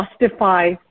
justify